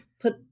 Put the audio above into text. put